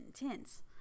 intense